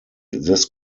this